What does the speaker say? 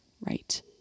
right